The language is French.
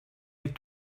les